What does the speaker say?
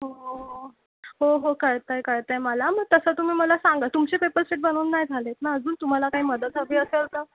हो हो हो कळतं आहे कळतं आहे मला मग तसं तुम्ही मला सांगा तुमचे पेपर सेट बनवून नाही झाले आहेत ना अजून तुम्हाला काही मदत हवी असेल तर